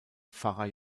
pfarrer